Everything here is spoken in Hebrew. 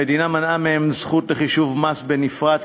המדינה מנעה מהם זכות לחישוב מס בנפרד,